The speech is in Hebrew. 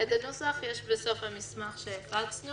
את הנוסח יש בסוף המסמך שהפצנו